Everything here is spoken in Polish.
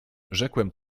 rzekłem